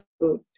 good